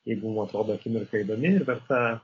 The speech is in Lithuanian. jeigu mun atrodo akimirka įdomi ir verta